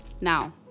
Now